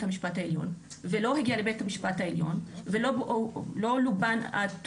המשפט העליון ולא הגיע לבית המשפט העליון ולא לובן עד תום,